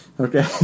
Okay